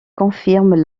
confirme